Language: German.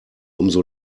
umso